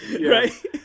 Right